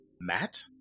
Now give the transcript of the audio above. Matt